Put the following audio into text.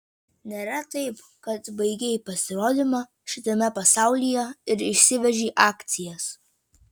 nėra taip kad baigei pasirodymą šitame pasaulyje ir išsivežei akcijas